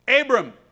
Abram